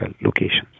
locations